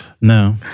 no